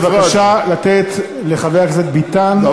בבקשה לתת לחבר הכנסת ביטן לסיים את דבריו.